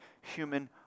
human